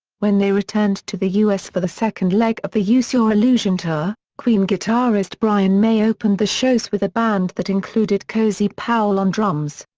when they returned to the us for the second leg of the use your illusion tour, queen guitarist brian may opened the shows with a band that included cozy powell on drums.